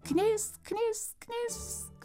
knisk knisk knisk